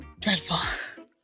Dreadful